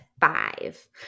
five